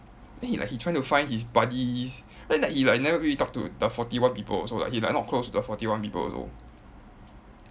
I think like he trying to find his buddies then like he like never really talk to the forty one people also like he like not close to the forty one people also